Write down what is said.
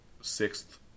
sixth